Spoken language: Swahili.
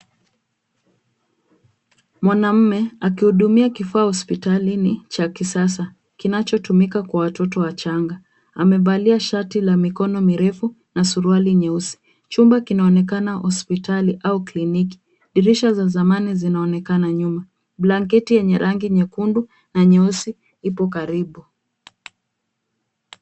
Mwanamme akihudumia kifaa hospitalini cha kisasa kinachotumika kwa watoto wachanga. Amevalia shati la mikono mirefu na suruali nyeusi. Chumba kinaonekana hospitali au kliniki. Dirisha za zamani zinaonekana nyuma. Blanketi yenye rangi nyekundu na nyeusi ipo karibu.